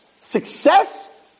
Success